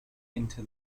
into